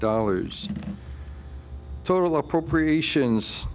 dollars total appropriations